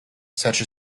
such